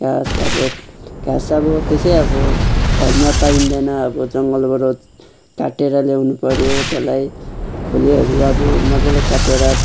घाँस अब घाँस अब त्यसै अब घरमा पाइँदैन अब जङ्गलबाट काटेर ल्याउनु पऱ्यो त्यसलाई खोलेहरू अब मजाले काटेर